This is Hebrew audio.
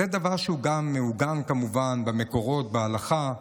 זה דבר שגם מעוגן כמובן במקורות, בהלכה.